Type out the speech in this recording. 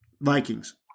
Vikings